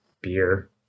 beer